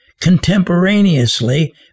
contemporaneously